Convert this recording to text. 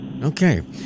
Okay